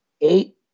eight